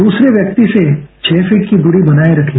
दूसरे व्यक्ति से छह फीट की दूरी बनाए रखें